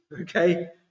okay